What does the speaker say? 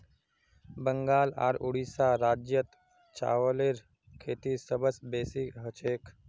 बंगाल आर उड़ीसा राज्यत चावलेर खेती सबस बेसी हछेक